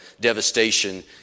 devastation